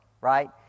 right